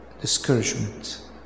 discouragement